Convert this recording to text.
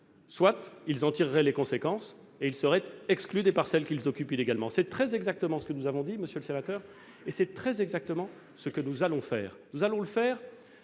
soit ils en tireraient les conséquences et seraient exclus des parcelles qu'ils occupent illégalement. C'est très exactement ce que nous avons dit, monsieur le sénateur, et c'est très exactement ce que nous allons faire. Nous allons le faire